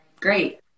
great